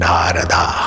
Narada